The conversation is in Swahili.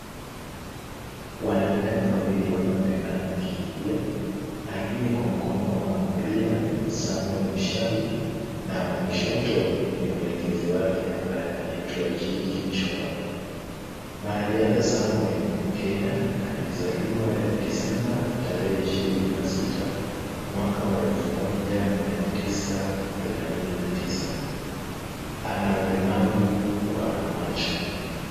Wanariadha wawili wanaonekana wakikimbia. Aliye kwa mkono wa kulia ni Samuel Muchai na wa kushoto ni mwelekezi wake ambaye anaitwa Jean Kipchumba. Mwanariadha Samuel ni mkenya alizaliwa Desemba tarehe 26 mwaka wa 1989. Ana ulemavu wa macho.